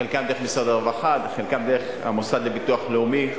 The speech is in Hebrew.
חלקם דרך משרד הרווחה וחלקם דרך המוסד לביטוח לאומי.